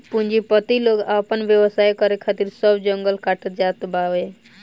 पूंजीपति लोग आपन व्यवसाय करे खातिर सब जंगल काटत जात बावे